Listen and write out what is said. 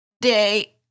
day